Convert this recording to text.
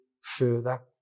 further